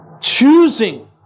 choosing